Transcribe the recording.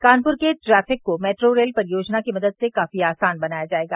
कानपुर के ट्रैफिक को metro rail परियोजना की मदद से काफी आसान बनाया जायेगा